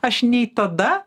aš nei tada